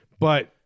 But-